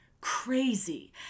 crazy